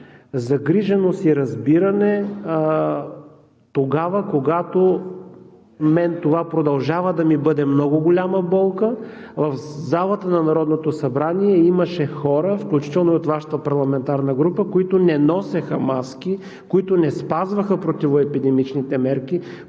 загриженост и разбиране тогава, когато – на мен това продължава да ми бъде много голяма болка, в залата на Народното събрание имаше хора, включително и от Вашата парламентарна група, които не носеха маски, които не спазваха противоепидемичните мерки,